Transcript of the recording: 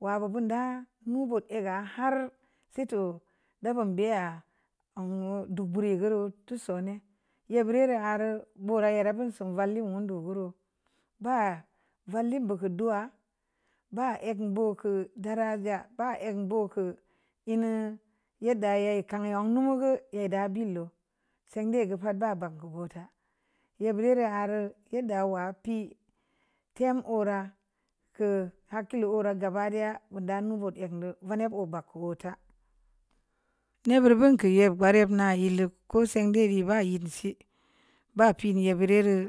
wa ba bun da mu bud a ga har sai to'o’ ba bun be’ ya'a mnu do'o’ bureu gareu to'o’ sone’ ye’ bure’ ra reu bura yera gə sun vallion ndo'o’ vereu ba valin do'o’ hə dowa ba'ek nu bu kə daraja ba mbo’ kə e’ nu yedda ye kan wa ga nu yedda billoo'sende’ ga’ pa'at ba banku bo'ta ye bure’ rareu yedda wa pii ten o'ra kə hakkilo ora gaba daya guda nu rot ngə du na vaneb o’ ba'ak ka’ bota, ne’ buri bun kəye’ ba rep na e’ lo'ok ko se'nde'ri’ ba ye'nsii ba pii ye bure’ reu.